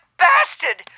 bastard